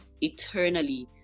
eternally